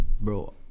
bro